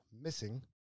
missing